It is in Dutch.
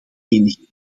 enige